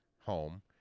home